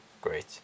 great